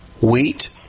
wheat